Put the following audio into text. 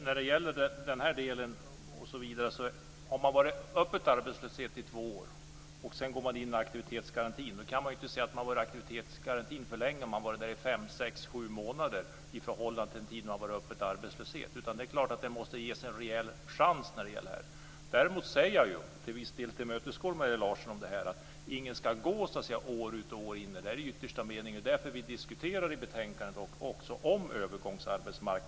Herr talman! Om man har varit öppet arbetslös i två år och sedan går in i aktivitetsgarantin så kan man inte säga att man har varit i den för länge om man har varit där i fem sex sju månader i förhållande till den tid som man har varit öppet arbetslös. Det är klart att detta måste ges en reell chans. Till viss del tillmötesgår jag Maria Larsson om det här. Ingen ska gå år ut och år in här. Det är den yttersta meningen. Det är också därför som vi diskuterar övergångsmarknaden i det här läget i betänkandet.